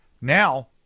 now